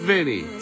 Vinny